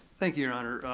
thank you your honor.